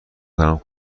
کنم